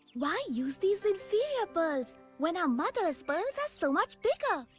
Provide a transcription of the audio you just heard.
why use these inferior pearls when our mother's pearls are so much bigger?